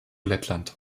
lettland